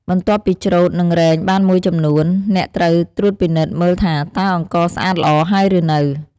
បន្ទាប់ពីច្រូតនិងរែងបានមួយចំនួន អ្នកត្រូវត្រួតពិនិត្យមើលថាតើអង្ករស្អាតល្អហើយឬនៅ។